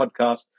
podcast